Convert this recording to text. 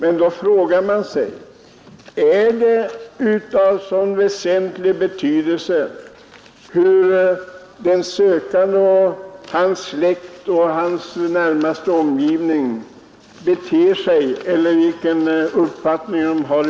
Är det då av sådan väsentlig betydelse vilken uppfattning den sökande, hans släkt och personer i hans närmaste omgivning har?